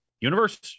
universe